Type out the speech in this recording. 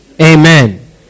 Amen